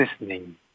listening